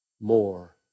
more